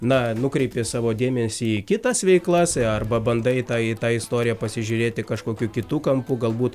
na nukreipi savo dėmesį į kitas veiklas i arba bandai tą į tą istoriją pasižiūrėti kažkokiu kitu kampu galbūt